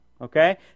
okay